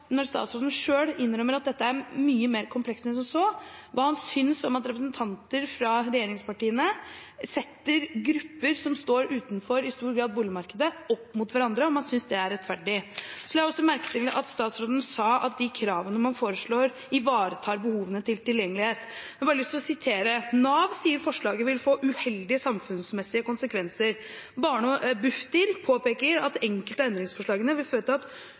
Når statsråden selv innrømmer at dette er mye mer komplekst enn som så, hva synes han om at representanter fra regjeringspartiene setter grupper som i stor grad står utenfor boligmarkedet, opp mot hverandre? Synes han det er rettferdig? Jeg la også merke til at statsråden sa at de kravene man foreslår, ivaretar behovene for tilgjengelighet. Da har jeg bare lyst til å sitere. Nav sier forslaget vil få «uheldige samfunnsmessige konsekvenser», Bufdir påpeker at enkelte av endringsforslagene vil føre til at